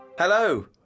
Hello